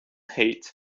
hate